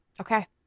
Okay